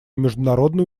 международный